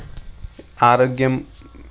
ఆరోగ్యం